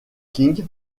king